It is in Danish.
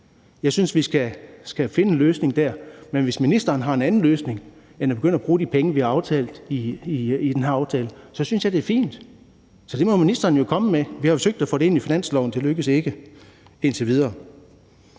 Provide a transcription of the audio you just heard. Jeg synes, vi skal finde en løsning der. Men hvis ministeren har en anden løsning end at begynde at bruge de penge, vi har aftalt i den her aftale, så synes jeg det er fint. Så det må ministeren jo komme med. Vi har jo forsøgt at få det ind i finansloven, men det er ikke lykkedes – indtil videre.